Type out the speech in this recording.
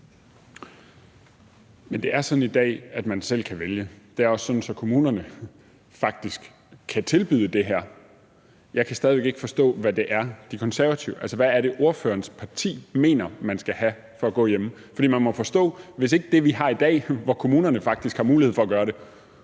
det er sådan i dag, at man selv kan vælge. Det er også sådan, at kommunerne faktisk kan tilbyde det her. Jeg kan stadig væk ikke forstå, hvad det er, De Konservative mener. Altså, hvad er det, ordførerens parti mener man skal have for at gå hjemme? For man må forstå, at hvis det, vi har i dag, hvor kommunerne faktisk har mulighed for at gøre det,